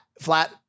flat